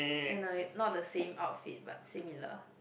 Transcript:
I know it not the same outfit but similar